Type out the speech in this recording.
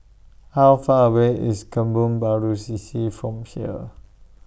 How Far away IS Kebun Baru C C from here